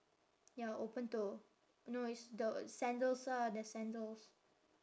ya open toe no it's the sandals ah the sandals